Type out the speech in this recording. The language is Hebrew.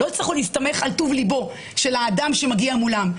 התשובה שענו לי: בכוונה השארנו רחב כדי לא להגביל.